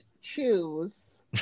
choose